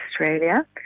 Australia